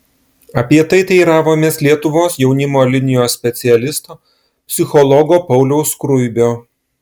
apie tai teiravomės lietuvos jaunimo linijos specialisto psichologo pauliaus skruibio